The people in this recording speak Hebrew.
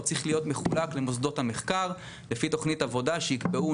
הוא צריך להיות מחולק למוסדות המחקר לפי תוכנית שיקבעו,